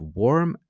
warm